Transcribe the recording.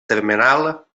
termenal